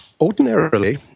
Ordinarily